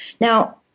Now